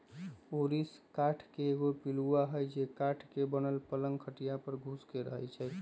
ऊरिस काठ के एगो पिलुआ हई जे काठ के बनल पलंग खटिया पर घुस के रहहै